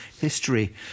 history